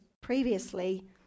previously